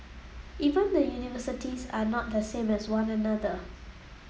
even the universities are not the same as one another